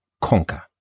conquer